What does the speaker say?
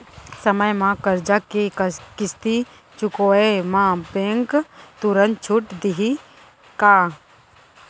समय म करजा के किस्ती चुकोय म बैंक तुरंत छूट देहि का?